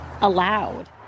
allowed